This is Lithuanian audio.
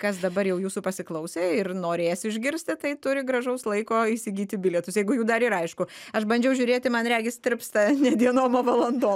kas dabar jau jūsų pasiklausė ir norės išgirsti tai turi gražaus laiko įsigyti bilietus jeigu jų dar yra aišku aš bandžiau žiūrėti man regis tirpsta ne dienom o valandom